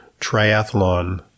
triathlon